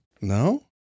No